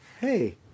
Hey